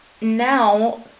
now